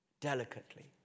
delicately